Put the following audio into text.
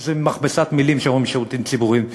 זה מכבסת מילים שאומרים שירותים ציבוריים,